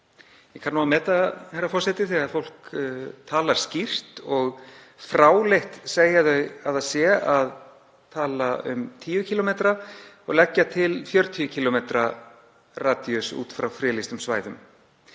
Ég kann að meta það, herra forseti, þegar fólk talar skýrt, og fráleitt segja þau að tala um 10 km og leggja til 40 km radíus út frá friðlýstum svæðum.